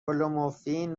کلومفین